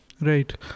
Right